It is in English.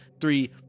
three